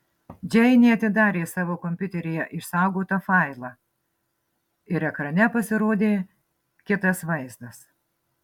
džeinė atidarė savo kompiuteryje išsaugotą failą ir ekrane pasirodė kitas vaizdas